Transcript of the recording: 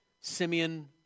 Simeon